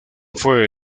fue